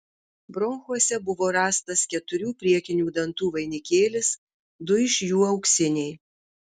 bronchuose buvo rastas keturių priekinių dantų vainikėlis du iš jų auksiniai